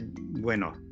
bueno